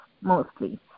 mostly